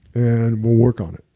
and we'll work on it,